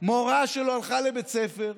מורה שלא הלכה לבית ספר.